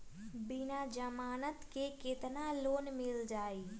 बिना जमानत के केतना लोन मिल जाइ?